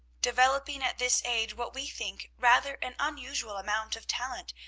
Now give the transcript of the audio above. developing at this age what we think rather an unusual amount of talent,